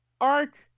arc